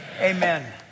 Amen